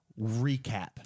recap